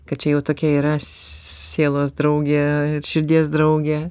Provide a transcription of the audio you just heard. kad čia jau tokia yra sss sielos draugė širdies draugė